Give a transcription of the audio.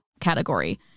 category